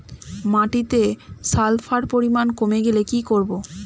মাটিতে সালফার পরিমাণ কমে গেলে কি করব?